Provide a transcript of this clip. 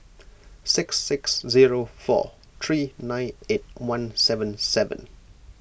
six six zero four three nine eight one seven seven